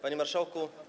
Panie Marszałku!